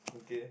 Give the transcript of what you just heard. okay